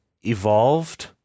evolved